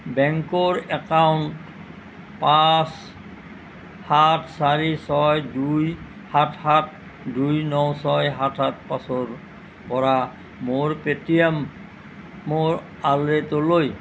বেংকৰ একাউণ্ট পাঁচ সাত চাৰি ছয় দুই সাত সাত দুই ন ছয় সাত সাত পাঁচৰ পৰা মোৰ পে'টিএমৰ ৱালেটলৈ